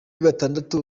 batandatu